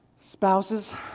Spouses